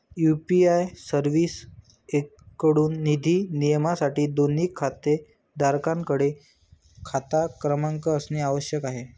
UPI सर्व्हिसेसएकडून निधी नियमनासाठी, दोन्ही खातेधारकांकडे खाता क्रमांक असणे आवश्यक आहे